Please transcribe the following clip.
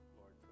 lord